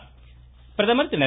பிரதமர் பிரதமர் திரு